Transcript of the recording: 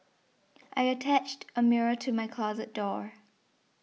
I attached a mirror to my closet door